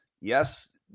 Yes